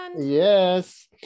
Yes